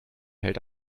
hält